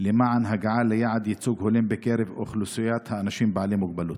למען הגעה ליעד ייצוג הולם בקרב אוכלוסיית האנשים בעלי המוגבלות?